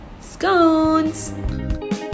scones